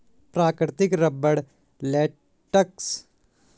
प्राकृतिक rubber latex का प्रमुख वाणिज्यिक स्रोत अमेज़ॅनियन रबर का पेड़ है